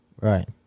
Right